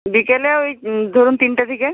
বিকেলে ওই ধরুন তিনটে থেকে